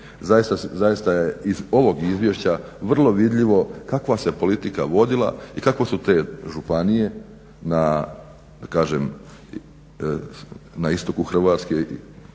Zaista je iz ovog izvješća vrlo vidljivo kakva se politika vodila i kako su te županije na, da kažem na istoku Hrvatske,